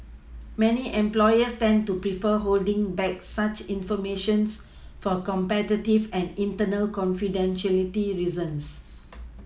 many employers tend to prefer holding back such information's for competitive and internal confidentiality reasons